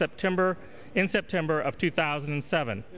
september in september of two thousand and seven